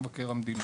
שייכנס לארץ,